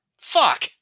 Fuck